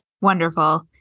Wonderful